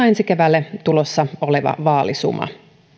ensi keväälle tulossa oleva vaalisuma